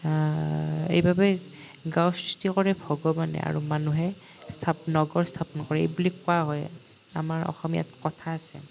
এইবাবে গাঁৱৰ সৃষ্টি কৰে ভগৱানে আৰু মানুহে স্থা নগৰ স্থাপন কৰে বুলি কোৱা হয় আমাৰ অসমীয়াত কথা আছে